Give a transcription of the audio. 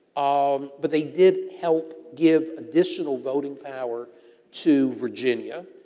um but, they did help give additional voting power to virginia.